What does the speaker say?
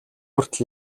хүртэл